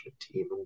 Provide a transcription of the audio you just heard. team